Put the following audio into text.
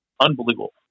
Unbelievable